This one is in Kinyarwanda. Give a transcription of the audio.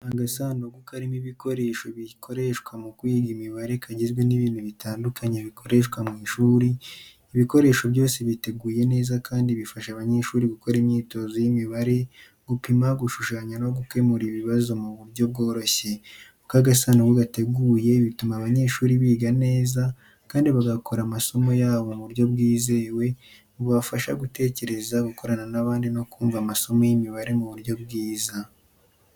Agasanduku karimo ibikoresho bikoreshwa mu kwiga imibare kagizwe n’ibintu bitandukanye bikoreshwa mu ishuri. Ibikoresho byose biteguye neza kandi bifasha abanyeshuri gukora imyitozo y’imibare, gupima, gushushanya no gukemura ibibazo mu buryo bworoshye. Uko agasanduku gateguwe bituma abanyeshuri biga neza kandi bagakora amasomo yabo mu buryo bwizewe, bubafasha gutekereza, gukorana n’abandi no kumva amasomo y’imibare mu buryo bwiza.